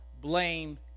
blame